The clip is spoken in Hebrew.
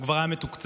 הוא כבר היה מתוקצב,